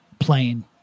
Plane